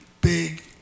big